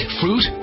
fruit